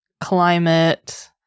climate